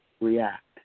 React